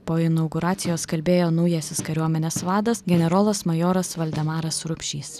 po inauguracijos kalbėjo naujasis kariuomenės vadas generolas majoras valdemaras rupšys